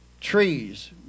trees